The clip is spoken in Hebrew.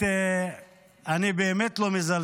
אז אני לא אגע